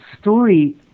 story